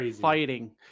fighting